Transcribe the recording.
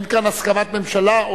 אין כאן הסכמת ממשלה,